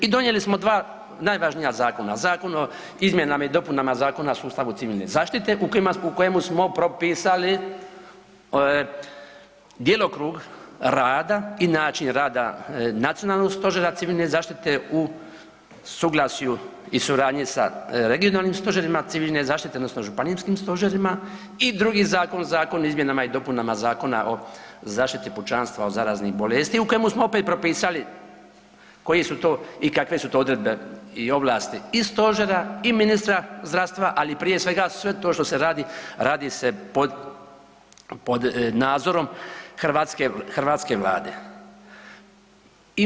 I donijeli smo 2 najvažnija zakona, Zakon o izmjenama i dopunama Zakona o sustavu civilne zaštite u kojima smo, u kojemu smo propisali djelokrug rada i način rada Nacionalnog stožera civilne zaštite u suglasju i suradnji sa regionalnim stožerima civilne zaštite odnosno županijskim stožerima i drugi zakon, Zakon o izmjenama i dopunama Zakona o zaštiti pučanstva od zaraznih bolestiju u kojemu smo opet propisali koji su to i kakve su to odredbe i ovlasti i stožera i ministra zdravstva, ali prije svega sve to što se radi radi se pod, pod nadzorom hrvatske, hrvatske vlade.